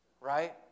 right